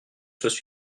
soient